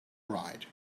ride